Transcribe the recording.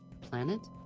Planet